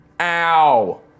Ow